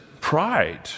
pride